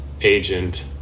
agent